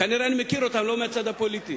כנראה אני מכיר אותם לא מהצד הפוליטי.